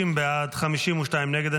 60 בעד, 52 נגד.